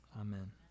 Amen